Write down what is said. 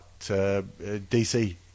DC